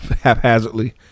haphazardly